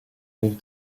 rive